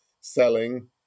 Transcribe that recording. selling